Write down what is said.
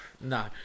No